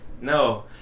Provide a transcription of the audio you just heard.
No